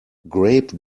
grape